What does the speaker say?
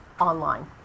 online